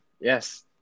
Yes